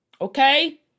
Okay